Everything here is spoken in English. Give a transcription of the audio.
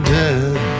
dead